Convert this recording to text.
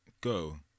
Go